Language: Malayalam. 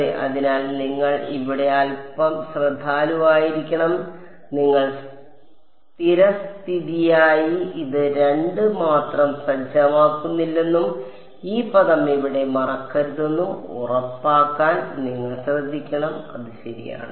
അതെ അതിനാൽ നിങ്ങൾ ഇവിടെ അൽപ്പം ശ്രദ്ധാലുവായിരിക്കണം നിങ്ങൾ സ്ഥിരസ്ഥിതിയായി ഇത് 2 മാത്രം സജ്ജമാക്കുന്നില്ലെന്നും ഈ പദം ഇവിടെ മറക്കരുതെന്നും ഉറപ്പാക്കാൻ നിങ്ങൾ ശ്രദ്ധിക്കണം അത് ശരിയാണ്